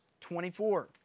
24